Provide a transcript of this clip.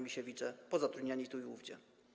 Misiewicze pozatrudniani tu i ówdzie.